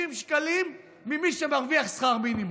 60 שקלים ממי שמרוויח שכר מינימום.